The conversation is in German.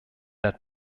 der